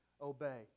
obey